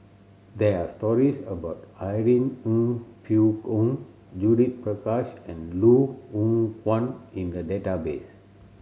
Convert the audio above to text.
there are stories about Irene Ng Phek Hoong Judith Prakash and Loh Hoong Kwan In the database